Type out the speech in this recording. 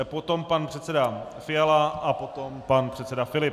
Potom pan předseda Fiala a potom pan předseda Filip.